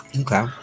Okay